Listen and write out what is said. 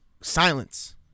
Silence